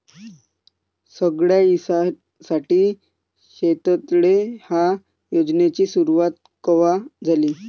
सगळ्याइसाठी शेततळे ह्या योजनेची सुरुवात कवा झाली?